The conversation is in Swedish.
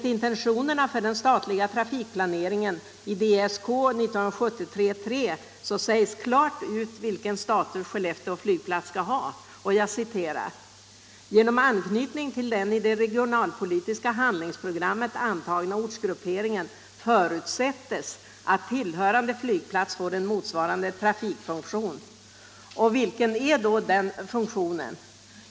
I intentionerna för den statliga trafikplaneringen, Ds K 1973:3, sägs klart vilken status Skellefteå flygplats skall ha: ”Genom anknytning till den i det regionalpolitiska handlingsprogrammet antagna ortsgrupperingen förutsättes att tillhörande flygplats får en motsvarande trafikfunktion.” Vilken är då denna funktion?